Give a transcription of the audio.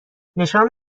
نشان